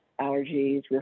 allergies